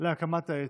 להקמת האצ"ל.